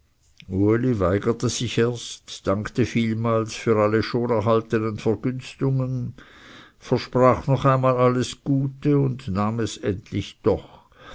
sich erst dankte vielmals für alle schon erhaltenen vergünstigungen versprach noch einmal alles gute und nahm es endlich doch